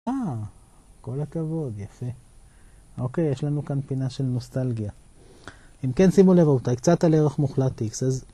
אה כל הכבוד, יפה. אוקיי, יש לנו כאן פינה של נוסטלגיה. אם כן שימו לב רבותיי, קצת על ערך מוחלט איקס, אז.